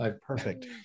Perfect